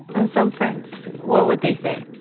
and some friends, too what would they say?